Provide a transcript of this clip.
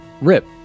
Rip